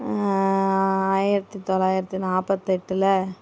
ஆயிரத்தி தொள்ளாயிரத்தி நாப்பத்தெட்டில்